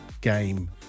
game